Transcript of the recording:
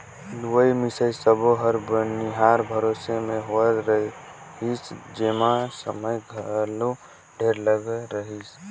लुवई मिंसई सब्बो हर बनिहार भरोसा मे होवत रिहिस जेम्हा समय घलो ढेरे लागत रहीस